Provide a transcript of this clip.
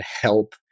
help